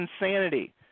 insanity